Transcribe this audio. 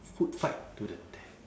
food fight to the death